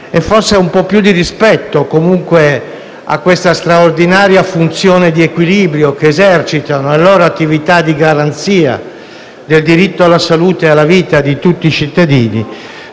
e un po' più di rispetto verso questa straordinaria funzione di equilibrio che esercitano e verso la loro attività di garanzia del diritto alla salute e alla vita di tutti i cittadini